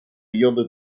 yielded